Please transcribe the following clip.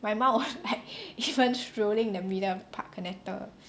my mother was like even strolling in the middle of the park connector